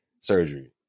surgery